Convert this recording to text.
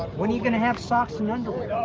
when are you gonna have socks and underwear?